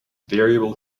variable